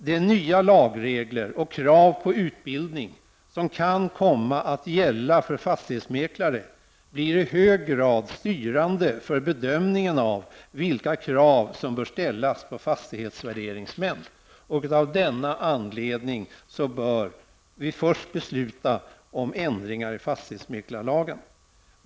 De nya lagregler och krav på utbildning som kan komma att gälla för fastighetsmäklare blir i hög grad styrande för bedömningen av vilka krav som bör ställas på fastighetsvärderingsmän. Av den anledningen bör vi först besluta om ändringar i fastighetsmäklarlagen.